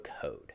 Code